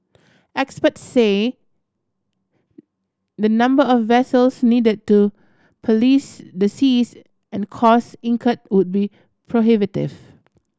experts say the number of vessels need to police the seas and cost incurred would be prohibitive